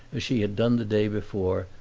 as she had done the day before,